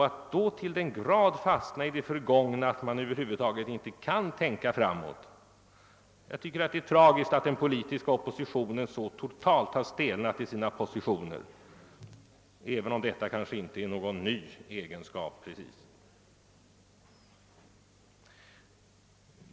Att man till den grad har fastnat i det förgångna att man över huvud taget inte kan tänka framåt ger en sorglig bild av hur totalt den politiska oppositionen har stelnat i sina positioner, även om detta kanske inte precis är någon ny egenskap.